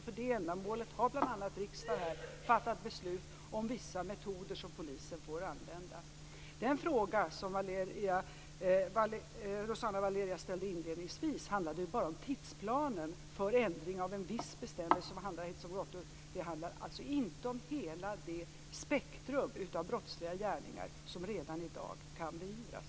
För det ändamålet har bl.a. riksdagen fattat beslut om vissa metoder som polisen får använda. Den fråga som Rossana Valeria ställde inledningsvis handlade bara om tidsplanen för ändring av en viss bestämmelse. Det handlar alltså inte om hela det spektrum av brottsliga gärningar som redan i dag kan beivras.